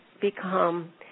become